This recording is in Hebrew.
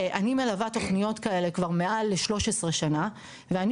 אני מלווה תוכניות כאלה כבר מעל ל-13 שנה ואני